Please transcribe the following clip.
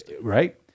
right